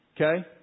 Okay